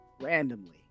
randomly